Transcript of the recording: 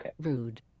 rude